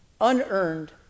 unearned